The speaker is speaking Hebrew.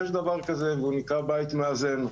יש דבר כזה והוא נקרא "בית מאזן".